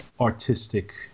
artistic